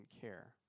care